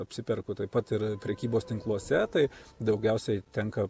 apsiperku taip pat ir prekybos tinkluose tai daugiausiai tenka